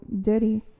dirty